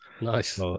nice